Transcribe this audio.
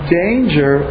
danger